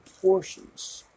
portions